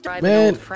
Man